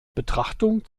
betrachtung